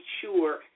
sure